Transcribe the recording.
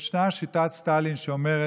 ישנה שיטת סטלין, שאומרת: